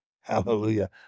Hallelujah